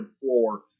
floor